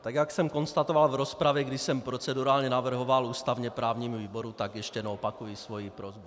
Tak jak jsem konstatoval v rozpravě, kdy jsem procedurálně navrhoval ústavněprávnímu výboru, tak ještě jednou opakuji svoji prosbu.